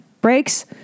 Breaks